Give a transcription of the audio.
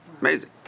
Amazing